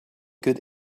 good